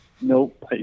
Nope